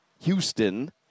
Houston